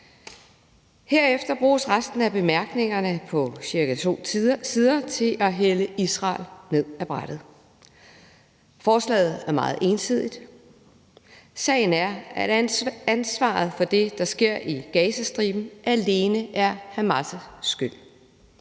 Herefter bruges resten af bemærkningerne på cirka to sider til at hælde Israel ned ad brættet. Forslaget er meget ensidigt. Sagen er, at ansvaret for det, der sker i Gazastriben, alene er Hamas' skyld.